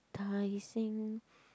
Tai-Seng